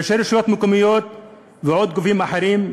ראשי רשויות מקומיות ועוד גופים אחרים,